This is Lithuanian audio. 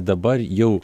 dabar jau